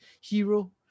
hero